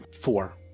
Four